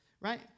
right